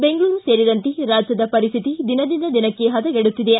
ಬೆಂಗಳೂರು ಸೇರಿದಂತೆ ರಾಜ್ಯದ ಪರಿಸ್ಟಿತಿ ದಿನದಿಂದ ದಿನಕ್ಕೆ ಹದಗೆಡುತ್ತಿದೆ